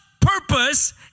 purpose